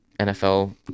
NFL